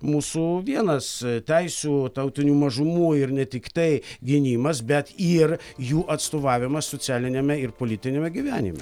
mūsų vienas teisių tautinių mažumų ir ne tiktai gynimas bet ir jų atstovavimas socialiniame ir politiniame gyvenime